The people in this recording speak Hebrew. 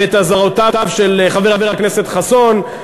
ואת אזהרותיו של חבר הכנסת חסון,